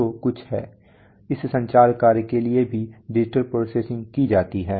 तो कुछ है इस संचार कार्य के लिए भी डिजिटल प्रोसेसिंग की जाती है